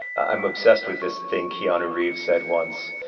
i'm obsessed with this thing keanu reeves said once.